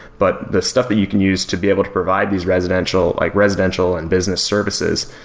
but the stuff that you can use to be able to provide these residential like residential and business services,